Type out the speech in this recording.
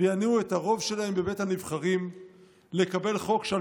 ויניעו את ה'רוב שלהם' בבית הנבחרים לקבל 'חוק' שעל